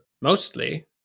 mostly